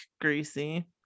greasy